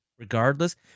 Regardless